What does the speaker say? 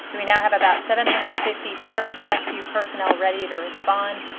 so we now have about seven hundred and fifty search rescue personnel ready to respond,